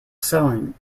selling